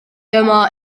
dyma